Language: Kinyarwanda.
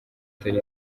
atari